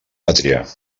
pàtria